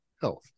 health